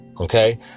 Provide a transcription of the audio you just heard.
okay